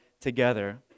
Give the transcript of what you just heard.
together